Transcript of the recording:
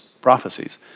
prophecies